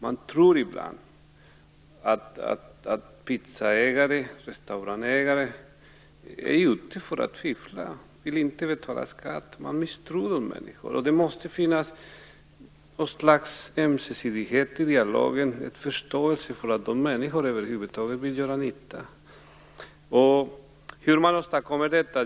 Man tror ibland att pizzeriaägare och restaurangägare är ute efter att fiffla och att de inte vill betala skatt. Man misstror människor. Det måste finnas något slags ömsesidighet i dialogen och en förståelse för att människor vill göra nytta. Hur skall man åstadkomma detta?